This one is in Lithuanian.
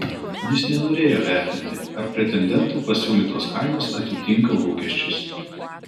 jis nenorėjo vertinti ar pretendentų pasiūlytos kainos atitinka lūkesčius